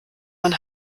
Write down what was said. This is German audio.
man